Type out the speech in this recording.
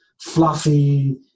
fluffy